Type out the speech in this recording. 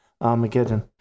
Armageddon